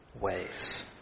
ways